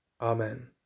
Amen